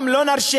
גם לא נרשה,